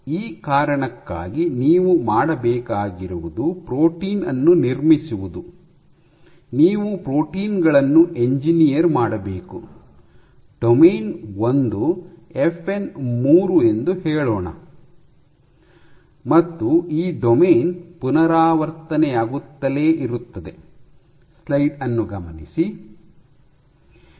ಈ ಕಾರಣಕ್ಕಾಗಿ ನೀವು ಮಾಡಬೇಕಾಗಿರುವುದು ಪ್ರೋಟೀನ್ ಅನ್ನು ನಿರ್ಮಿಸುವುದು ನೀವು ಪ್ರೋಟೀನ್ ಗಳನ್ನು ಎಂಜಿನಿಯರ್ ಮಾಡಬೇಕು ಡೊಮೇನ್ ಒಂದು ಎಫ್ಎನ್ 3 ಎಂದು ಹೇಳೋಣ ಮತ್ತು ಈ ಡೊಮೇನ್ ಪುನರಾವರ್ತನೆಯಾಗುತ್ತಲೇ ಇರುತ್ತದೆ